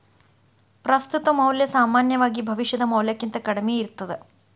ಪ್ರಸ್ತುತ ಮೌಲ್ಯ ಸಾಮಾನ್ಯವಾಗಿ ಭವಿಷ್ಯದ ಮೌಲ್ಯಕ್ಕಿಂತ ಕಡ್ಮಿ ಇರ್ತದ